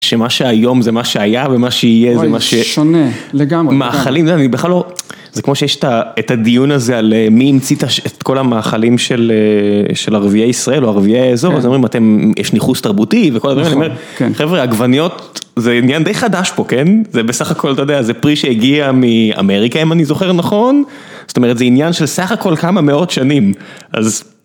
שמה שהיום זה מה שהיה, ומה שיהיה זה מה ש... אוי, שונה לגמרי. מאכלים, זה כמו שיש את הדיון הזה על מי המציא את כל המאכלים של ערביי ישראל, או ערביי האזור, אז אומרים, יש ניחוס תרבותי, וכל הדברים האלה. חבר'ה, עגבניות, זה עניין די חדש פה, כן? זה בסך הכל, אתה יודע, זה פרי שהגיע מאמריקה, אם אני זוכר נכון. זאת אומרת, זה עניין של סך הכל כמה מאות שנים. אז...